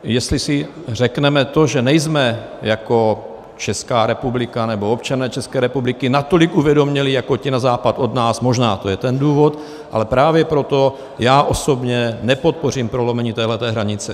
Jestli si řekneme to, že nejsme jako Česká republika nebo občané České republiky natolik uvědomělí jako ti na západ od nás, možná to je ten důvod, ale právě proto já osobně nepodpořím prolomení téhle hranice.